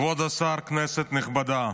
כבוד השר, כנסת נכבדה,